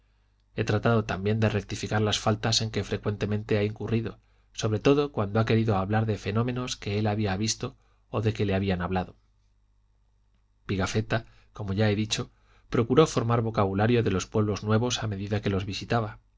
he tratado también de rectificar las faltas en que frecuentemente ha incurrido sobre todo cuando ha querido hablar de fenómenos que él había visto o de que le habían hablado xxxii pigafetta como ya he dicho procuró formar vocabularios de los pueblos nuevos a medida que los visitaba